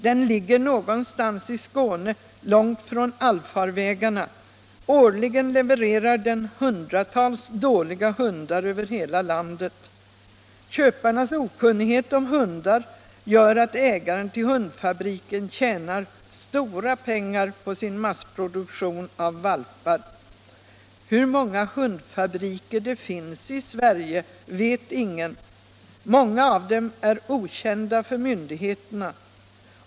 Den ligger någonstans i Skåne, långt från allfarvägarna. Årligen levererar den hundratals dåliga hundar över hela landet. Köparnas okunnighet om hundar gör att ägaren till ”hundfabiken” tjänar stora pengar på sin massproduktion av valpar. Hur många ”hundfabriker” det finns i Sverige vet ingen. Många av dem är okända för myndigheterna.